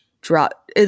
drop